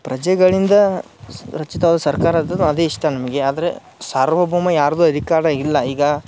ಪ್ರಜೆಗಳಿಂದ ಸ್ ರಚಿತವಾದ ಸರ್ಕಾರ ಅದೇ ಇಷ್ಟ ನಮಗೆ ಆದರೆ ಸಾರ್ವಭೌಮ ಯಾರದ್ದೂ ಅಧಿಕಾರ ಇಲ್ಲ ಈಗ